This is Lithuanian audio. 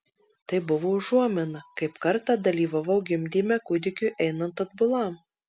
tai buvo užuomina kaip kartą dalyvavau gimdyme kūdikiui einant atbulam